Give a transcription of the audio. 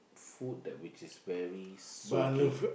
food that which is very soggy